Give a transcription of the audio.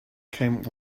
came